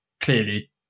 clearly